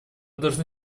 должны